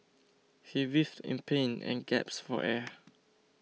he writhed in pain and gasped for air